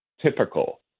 typical